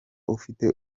ufite